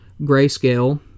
Grayscale